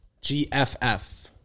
G-F-F